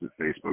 Facebook